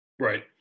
Right